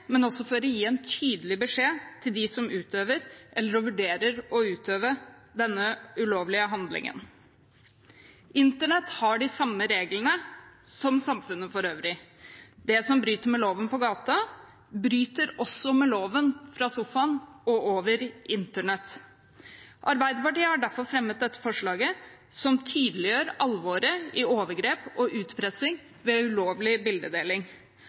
for å gi en tydelig beskjed til dem som utøver eller vurderer å utøve slike ulovlige handlinger. Internett har de samme reglene som samfunnet for øvrig. Det som bryter med loven på gata, bryter også med loven fra sofaen og over internett. Arbeiderpartiet har derfor fremmet dette representantforslaget som tydeliggjør alvoret i overgrep og utpressing ved ulovlig bildedeling.